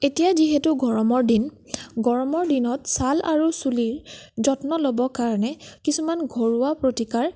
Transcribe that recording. এতিয়া যিহেতু গৰমৰ দিন গৰমৰ দিনত চাল আৰু চুলিৰ যত্ন ল'ব কাৰণে কিছুমান ঘৰুৱা প্ৰতিকাৰ